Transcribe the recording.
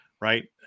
right